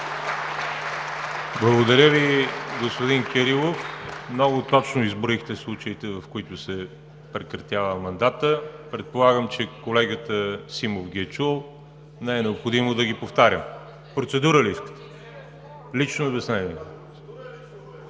Благодаря Ви, господин Кирилов. Много точно изброихте случаите, в които се прекратява мандатът. Предполагам, че колегата Симов ги е чул, не е необходимо да ги повтарям. Лично обяснение?